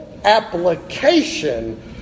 application